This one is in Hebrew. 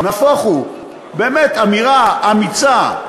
נהפוך הוא, באמת, אמירה אמיצה.